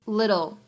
little 。